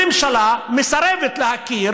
הממשלה מסרבת להכיר